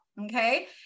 Okay